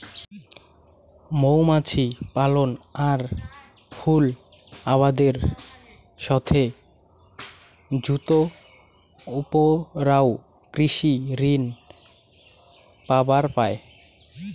মৌমাছি পালন আর ফুল আবাদের সথে যুত উমরাও কৃষি ঋণ পাবার পায়